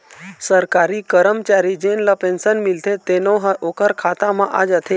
सरकारी करमचारी जेन ल पेंसन मिलथे तेनो ह ओखर खाता म आ जाथे